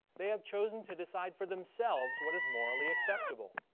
they have chosen to decide for themselves what is morally acceptable.